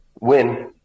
win